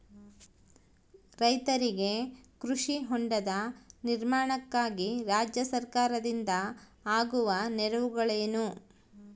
ರೈತರಿಗೆ ಕೃಷಿ ಹೊಂಡದ ನಿರ್ಮಾಣಕ್ಕಾಗಿ ರಾಜ್ಯ ಸರ್ಕಾರದಿಂದ ಆಗುವ ನೆರವುಗಳೇನು?